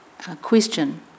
Question